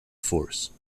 force